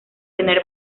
tener